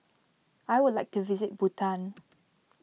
I would like to visit Bhutan